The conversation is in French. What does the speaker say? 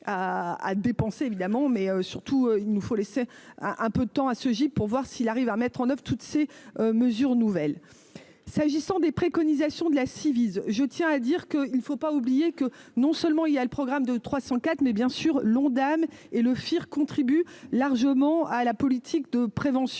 à dépenser, évidemment, mais surtout, il nous faut laisser un peu de temps à ce pour voir s'il arrive à mettre en oeuvre toutes ces mesures nouvelles, s'agissant des préconisations de la civile, je tiens à dire que il ne faut pas oublier que non seulement il y a le programme de 300 quatre mais bien sûr l'Ondam et le firent contribue largement à la politique de prévention